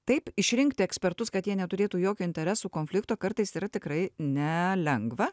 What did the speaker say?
taip išrinkti ekspertus kad jie neturėtų jokio interesų konflikto kartais yra tikrai nelengva